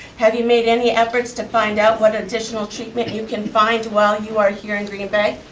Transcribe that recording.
have you made any efforts to find out what additional treatment you can find while you are here in green bay.